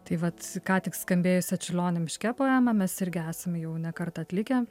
tai vat ką tik skambėjusią čiurlionio miške poemą mes irgi esam jau ne kartą atlikę